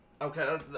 okay